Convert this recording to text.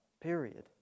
Period